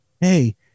Hey